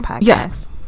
yes